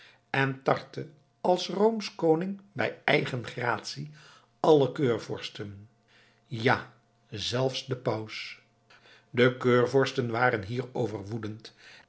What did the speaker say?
en tartte als roomsch koning bij eigen gratie alle keurvorsten ja zelfs den paus de keurvorsten waren hierover woedend